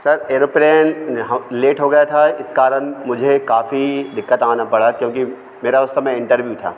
sir aeroplane late हो गया था इस कारन मुझे काफी दिक़्क़त आना पड़ा क्योंकि मेरा उस समय इंटरव्यू था